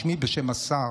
בשמי ובשם השר,